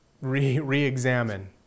re-examine